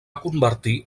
convertir